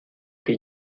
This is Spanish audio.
que